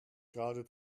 gerade